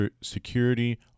Security